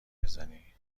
بزنی